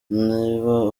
niba